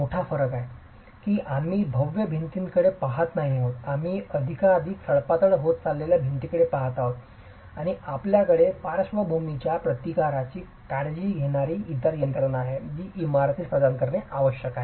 मोठा फरक हा आहे की आम्ही भव्य भिंतींकडे पहात नाही आहोत आम्ही अधिकाधिक सडपातळ होत असलेल्या भिंतींकडे पहात आहोत आणि आपल्याकडे पार्श्वभूमीच्या प्रतिकारची काळजी घेणारी इतर यंत्रणा आहे जी इमारतीस प्रदान करणे आवश्यक आहे